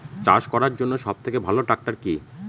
চাষ করার জন্য সবথেকে ভালো ট্র্যাক্টর কি?